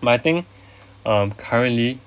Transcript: but I think um currently